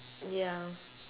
ya